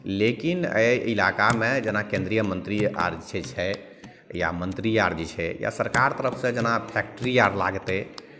लेकिन एहि इलाकामे जेना केन्द्रीय मन्त्री आओर जे छै या मन्त्री आओर जे छै या सरकार तरफसे जेना फैक्टरी आओर लागतै